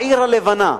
העיר הלבנה.